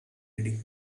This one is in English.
ready